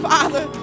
Father